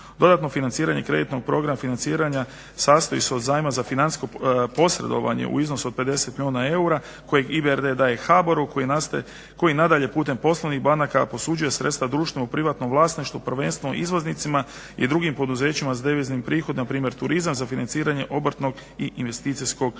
Dodatno financiranje kreditnog programa financiranja sastoji se od zajma za financijsko posredovanje u iznosu od 50 milijuna eura koje EBRD daje HBOR-u koji nadalje putem poslovnih banaka posuđuje sredstva društvenom privatnom vlasništvu prvenstveno izvoznicima i drugim poduzećima s deviznim prihodom npr. turizam za financiranje obrtnog i investicijskog kapitala.